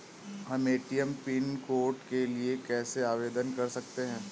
हम ATM pin code के लिए कैसे आवेदन कर सकते हैं?